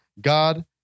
God